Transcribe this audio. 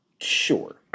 Sure